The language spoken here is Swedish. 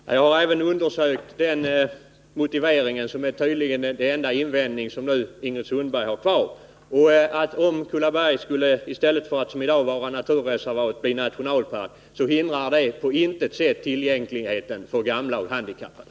Herr talman! Jag har även undersökt den motiveringen, som tydligen är den enda invändning Ingrid Sundberg har kvar. Om Kullaberg skulle bli nationalpark, i stället för att som i dag vara naturreservat, hindrar det på intet sätt tillgängligheten för gamla och handikappade.